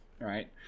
Right